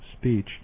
speech